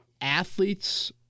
athletes